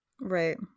right